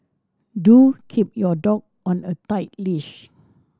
do keep your dog on a tight leash